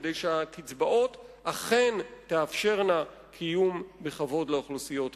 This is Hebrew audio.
כדי שהקצבאות אכן תאפשרנה קיום בכבוד לאוכלוסיות האלה.